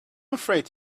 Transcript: afraid